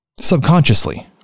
subconsciously